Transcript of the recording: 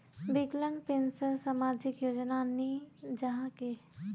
विकलांग पेंशन सामाजिक योजना नी जाहा की?